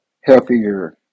healthier